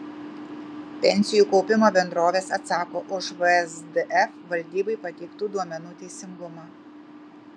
pensijų kaupimo bendrovės atsako už vsdf valdybai pateiktų duomenų teisingumą